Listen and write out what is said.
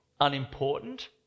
unimportant